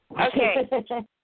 Okay